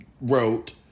wrote